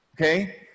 okay